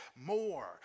more